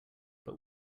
but